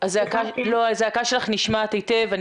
הזעקה שלך נשמעת היטב,